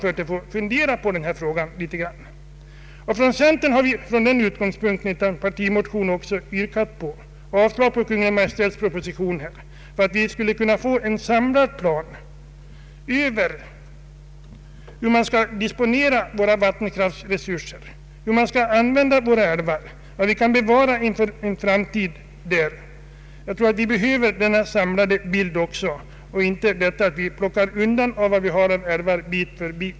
I partimotion från centern har vi från de utgångspunkter jag anfört yrkat avslag på Kungl. Maj:ts proposition. Vi menar att riksdagen måste få en samlad bild över hur man skall disponera våra vattenkraftsresurser, hur man skall använda våra älvar och vad vi bör bevara för framtiden. Vi behöver denna samlade bild av våra vattenkrafttillgångar innan vi fortsätter att bit för bit plocka undan av vad vi har av älvar.